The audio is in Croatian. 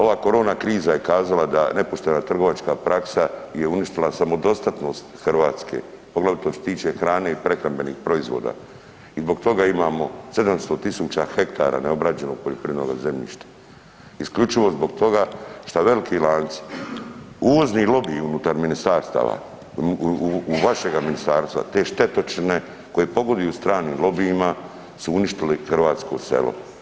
Ova korona kriza je kazala da nepoštena trgovačka praksa je uništila samodostatnost Hrvatske, poglavito što se tiče hrane i prehrambenih proizvoda i zbog toga imamo 700 tisuća hektara neobrađenog poljoprivrednoga zemljišta i isključivo zbog toga što veliki lanci, uvozni lobiji unutar ministarstava, u vašega ministarstva, te štetočine koje pogoduju stranim lobijima, su uništili hrvatsko selo.